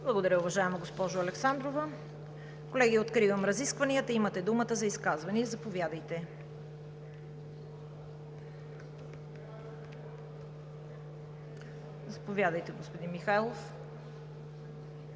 Благодаря, уважаема госпожо Александрова. Колеги, откривам разискванията. Имате думата за изказвания. Заповядайте, господин Михайлов.